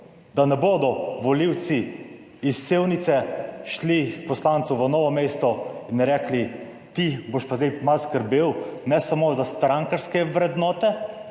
Da ne bodo volivci iz Sevnice šli k poslancu v Novo mesto in rekli: "Ti boš pa zdaj malo skrbel, ne samo za strankarske vrednote,